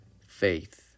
faith